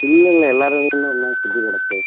இல்லை இல்லை எல்லாருமே இன்னும் சுற்றி கிடக்கு